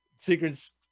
secrets